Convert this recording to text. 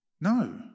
No